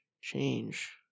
change